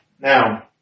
now